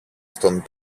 στον